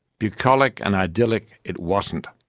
bucolic and idyllic it wasn't.